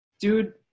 Dude